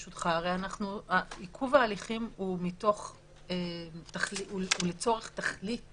עיכוב ההליכים הוא לצורך תכלית